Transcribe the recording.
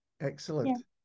Excellent